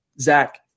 Zach